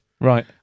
Right